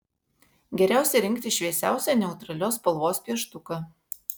geriausia rinktis šviesiausią neutralios spalvos pieštuką